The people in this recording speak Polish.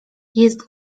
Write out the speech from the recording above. jest